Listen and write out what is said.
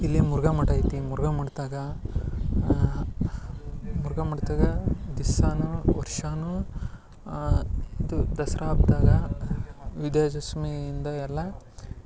ಇಲ್ಲಿ ಮುರುಘಾ ಮಠ ಐತಿ ಮುರುಘಾ ಮಠದಾಗ ಮುರುಘಾ ಮಠದಾಗ ದಿವ್ಸಾನೂ ವರ್ಷವೂ ಇದು ದಸರಾ ಹಬ್ಬದಾಗ ವಿಜಯ ದಶಮಿಯಿಂದ ಎಲ್ಲ